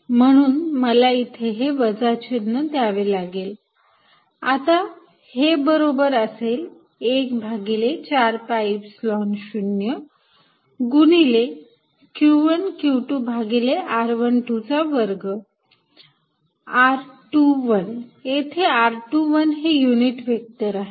म्हणून मला इथे हे वजा चिन्ह द्यावी लागेल आता हे बरोबर असेल एक भागिले ४ पाय एपसिलोन ० गुणिले q१ q२ भागिले r१२ चा वर्ग r२१ येथे r२१ हे युनिट व्हेक्टर आहे